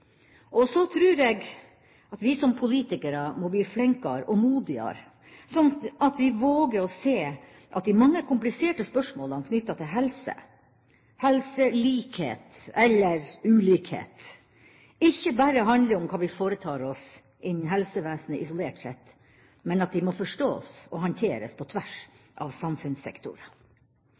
og helsearbeid. Så tror jeg at vi som politikere må bli flinkere og modigere, sånn at vi våger å se at de mange kompliserte spørsmålene knyttet til helse, helselikhet, eller ulikhet, ikke bare handler om hva vi foretar oss innen helsevesenet isolert sett, men at de må forstås og håndteres på tvers av samfunnssektorer.